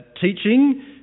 teaching